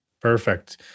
Perfect